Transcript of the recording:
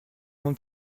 monde